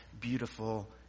beautiful